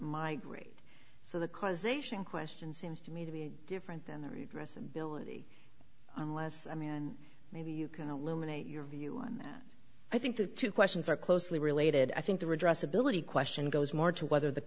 migrate so the causation question seems to me to be different than there was i mean and maybe you can alumina your view on that i think the two questions are closely related i think the redress ability question goes more to whether the